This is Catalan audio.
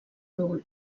nul